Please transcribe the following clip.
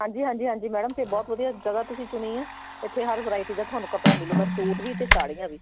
ਹਾਂਜੀ ਹਾਂਜੀ ਹਾਂਜੀ ਮੈਡਮ ਅਤੇ ਬਹੁਤ ਵਧੀਆ ਜਗ੍ਹਾ ਤੁਸੀਂ ਚੁਣੀ ਆ ਇੱਥੇ ਹਰ ਵਰਾਇਟੀ ਦਾ ਤੁਹਾਨੂੰ ਕੱਪੜਾ ਮਿਲੂਗਾ ਸੂਟ ਵੀ ਅਤੇ ਸਾੜੀਆਂ ਵੀ